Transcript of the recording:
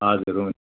हजुर हुन्